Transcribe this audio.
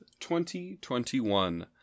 2021